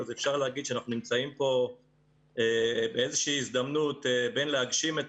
אפשר להגיד שאנחנו נמצאים פה באיזושהי הזדמנות בין להגשים את